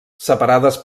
separades